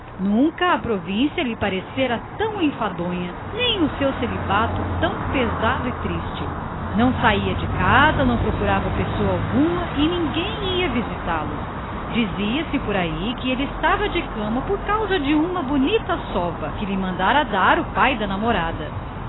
nunca a província lhe parecera tão enfadonha nem o seu isolamento tão pesado e tão triste não saía quase nunca à rua não procurava pessoa alguma nem tampouco ninguém o visitava dizia-se por aí que ele estava de cama por uma bonita sova que lhe mandara dar o pai da namorada